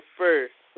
first